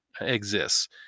exists